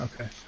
Okay